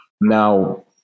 now